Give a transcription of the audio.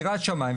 יראת שמיים,